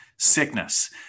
Sickness